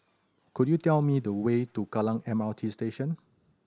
could you tell me the way to Kallang M R T Station